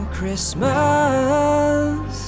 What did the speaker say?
Christmas